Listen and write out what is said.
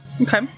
Okay